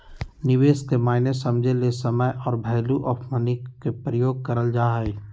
निवेश के मायने समझे ले समय आर वैल्यू ऑफ़ मनी के प्रयोग करल जा हय